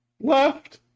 left